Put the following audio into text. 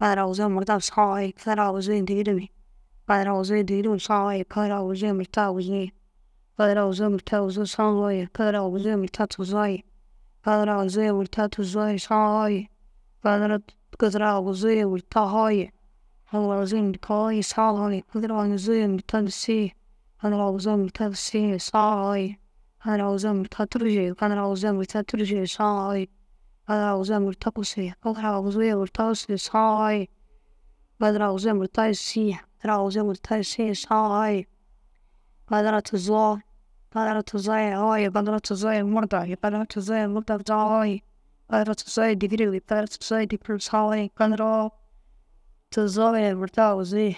Kadara aguzuu ye murta aguzuu saã foo ye kadara aguzuu ye dîgirem ye kadara aguzuu ye dîgirem saã foo ye kadara aguzuu ye murta aguzuu ye kadara aguzuu ye murta aguzuu saã foo ye kadara aguzuu ye murta tuzoo ye kadara aguzuu murta tuzoo ye sa foo ye kadara aguzuu ye murta foo ye kadara murta foo ye saã foo ye kadara aguzuu murta disii ye kadara aguzuu murta disii ye saã foo ye kadara aguzuu ye murta tûrusuu ye kadara aguzuu ye murta tûrusuu ye saã foo ye kadara aguzuu ye murta wussu ye kadara aguzuu murta wussu saã foo kadara aguzuu ye murta yîsii ye kadara aguzuu ye murta yîsii saã foo ye. Kadara tuzoo kadara tuzoo ye foo ye kadara tuzoo ye murdom ye kadara tuzoo ye murdom saã foo ye kadara tuzoo ye dîgirem ye kadara tuzoo ye dîgirem saã foo kadara tuzoo ye murta aguzuu ye